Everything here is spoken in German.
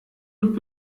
und